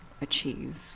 achieve